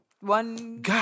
one